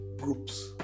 groups